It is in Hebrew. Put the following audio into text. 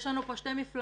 יש לנו פה שתי מפלגות,